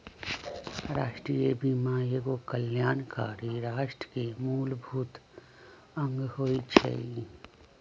राष्ट्रीय बीमा एगो कल्याणकारी राष्ट्र के मूलभूत अङग होइ छइ